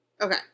Okay